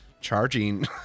charging